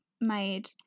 made